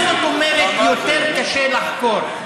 מה זאת אומרת יותר קשה לחקור?